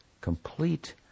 complete